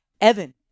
Evan